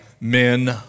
men